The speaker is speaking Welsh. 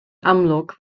amlwg